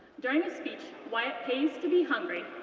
during his speech, why it pays to be hungry,